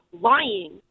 lying